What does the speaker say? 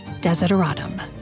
Desideratum